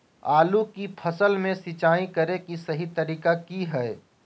आलू की फसल में सिंचाई करें कि सही तरीका की हय?